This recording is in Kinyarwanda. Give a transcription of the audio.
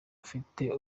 afite